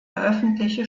öffentliche